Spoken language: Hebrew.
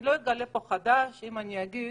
לא אחדש פה אם אגיד